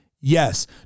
Yes